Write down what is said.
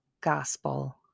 gospel